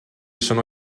sono